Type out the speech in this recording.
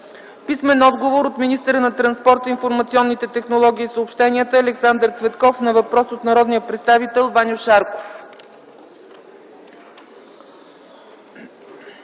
Курумбашев; - от министъра на транспорта, информационните технологии и съобщенията Александър Цветков на въпрос от народния представител Ваньо Шарков.